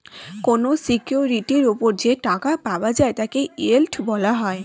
কোন সিকিউরিটির উপর যে টাকা পাওয়া যায় তাকে ইয়েল্ড বলা হয়